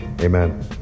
amen